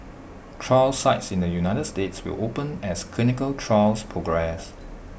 trial sites in the united states will open as clinical trials progress